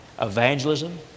Evangelism